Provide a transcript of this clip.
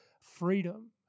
freedom